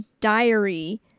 diary